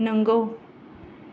नंगौ